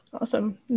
Awesome